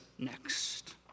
next